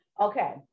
Okay